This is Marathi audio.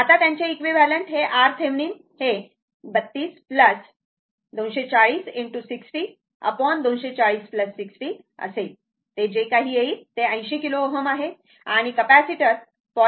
आता त्यांचे इक्वीव्हालंट हे RThevenin हे 32 240 ✕ 60 240 60 असेल ते जे काही येईल ते 80 किलो Ω आहे आणि कॅपेसिटर 0